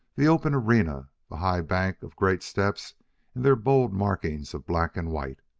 the open arena the high bank of great steps in their bold markings of black and white!